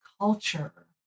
culture